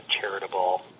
charitable